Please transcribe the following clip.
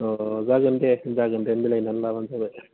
अ जागोन दे जागोन दे मिलायनानै लाबानो जाबाय